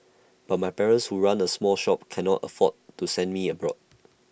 but my parents who run A small shop cannot afford to send me abroad